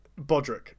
Bodrick